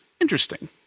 interesting